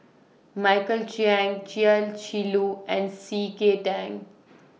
Michael Chiang Chia Shi Lu and C K Tang